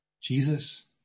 Jesus